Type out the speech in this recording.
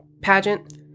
pageant